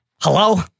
Hello